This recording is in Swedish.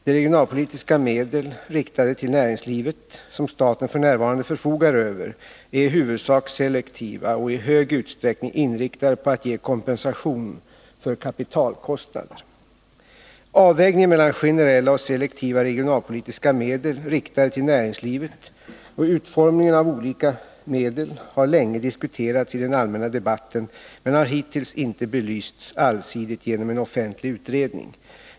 De regionalpolitiska medel riktade till näringslivet som staten f. n. förfogar över är i huvudsak selektiva och i hög utsträckning inriktade på att ge kompensation för kapitalkostnader. Avvägningen mellan generella och selektiva regionalpolitiska medel riktade till näringslivet och utformningen av olika medel har länge diskuterats i den allmänna debatten men har hittills inte belysts allsidigt genom en offentlig utredning.